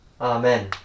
Amen